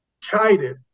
chided